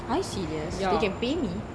are you serious they can pay me